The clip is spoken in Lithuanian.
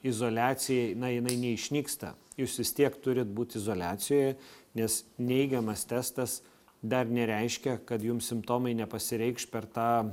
izoliacijai na jinai neišnyksta jūs vis tiek turit būt izoliacijoj nes neigiamas testas dar nereiškia kad jums simptomai nepasireikš per tą